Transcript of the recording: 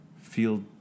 feel